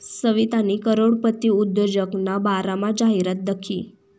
सवितानी करोडपती उद्योजकना बारामा जाहिरात दखी